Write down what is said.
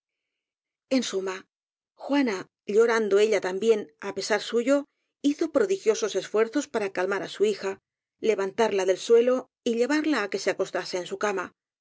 en suma juana llorando ella también á pesai suyo hizo prodigiosos esfuerzos para calmar á su hija levantarla del suelo y llevarla á que se acos tase en su cama